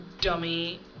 dummy